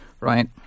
Right